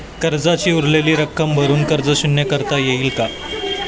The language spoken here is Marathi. कर्जाची उरलेली रक्कम भरून कर्ज शून्य करता येईल का?